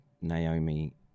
Naomi